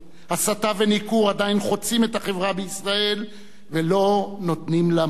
הסתה וניכור עדיין חוצים את החברה בישראל ולא נותנים לה מנוח.